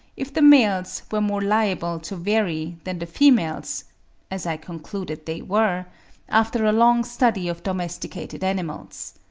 if the males were more liable to vary than the females as i concluded they were after a long study of domesticated animals.